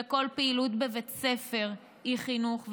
וכל פעילות בבית הספר היא חינוך.